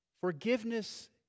Forgiveness